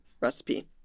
recipe